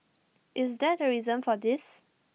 is that A reason for this